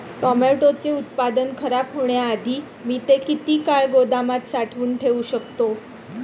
टोमॅटोचे उत्पादन खराब होण्याआधी मी ते किती काळ गोदामात साठवून ठेऊ शकतो?